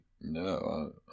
no